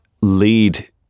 lead